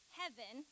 heaven